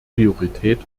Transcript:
priorität